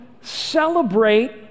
celebrate